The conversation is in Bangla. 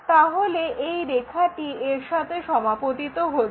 তাহলে এই রেখাটি এর সাথে সমাপতিত হচ্ছে